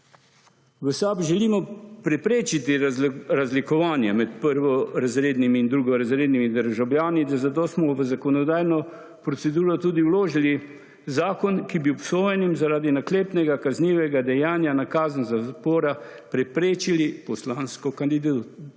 V SAB želimo preprečiti razlikovanje med prvorazrednimi in drugorazrednimi državljani in zato smo v zakonodajno proceduro tudi vložili zakon, ki bi obsojenim zaradi naklepnega kaznivega dejanja na kazen zapora preprečili poslansko kandidaturo,